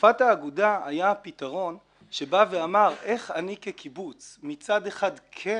חלופת האגודה היה הפתרון שבא ואמר איך אני כקיבוץ מצד אחד כן